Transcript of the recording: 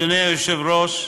אדוני היושב-ראש,